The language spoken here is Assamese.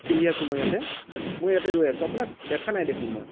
পিন্ধি আছোঁ মই ইয়াতে মই ইয়াতে ৰৈ আছোঁ আপোনাক দেখা নাই দেখোন মই